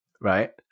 Right